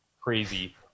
crazy